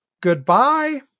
Goodbye